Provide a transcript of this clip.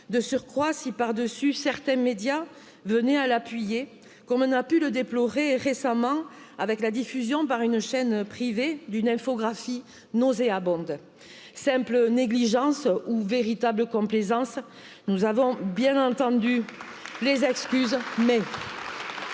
De surcroît, si par dessus certains médias venaient à l'appuyer, comme on a pu le déplorer récemment avec la diffusion par une chaîne privée d'une infographie nauséabonde, simple négligence ou véritable complaisance. Nous avons bien entendu les excuses, mais